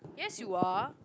yes you are